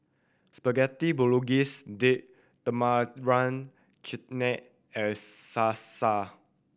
Spaghetti Bolognese Date Tamarind Chutney and Salsa